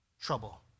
trouble